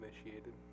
initiated